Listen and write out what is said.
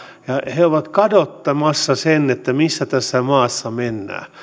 he ovat kadottamassa sen missä tässä maassa mennään